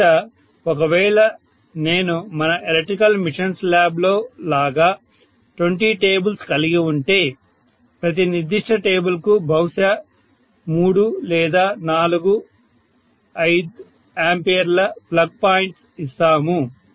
బహుశా ఒకవేళ నేను మన ఎలక్ట్రికల్ మెషీన్స్ ల్యాబ్లో లాగా 20 టేబుల్స్ కలిగి ఉంటే ప్రతి నిర్దిష్ట టేబుల్ కు బహుశా 3 లేదా 4 5A ప్లగ్ పాయింట్ ఇస్తాము